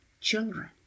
children